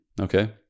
okay